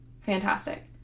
fantastic